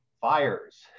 fires